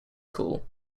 school